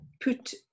put